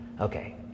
Okay